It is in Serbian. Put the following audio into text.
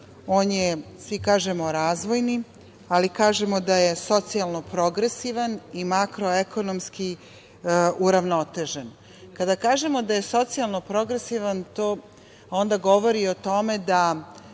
on je, svi kažemo, razvojni, ali kažemo da je socijalno progresivan i makroekonomski uravnotežen. Kada kažemo da je socijalno progresivan, to onda govori o tome da